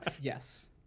Yes